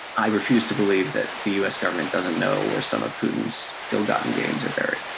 i refuse to believe that the us government doesn't know where some of putin's ill-gotten gains are buried.